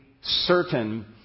certain